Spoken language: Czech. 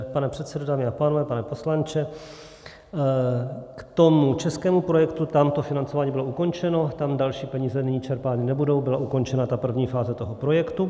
Pane předsedo, dámy a pánové, pane poslanče, k tomu českému projektu tam to financování bylo ukončeno, tam další peníze nyní čerpány nebudou, byla ukončena ta první fáze projektu.